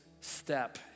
step